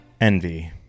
Envy